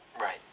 Right